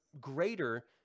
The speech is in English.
greater